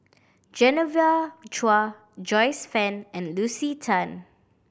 Genevieve Chua Joyce Fan and Lucy Tan